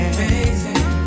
Amazing